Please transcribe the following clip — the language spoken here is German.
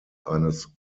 eines